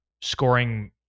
scoring